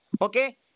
Okay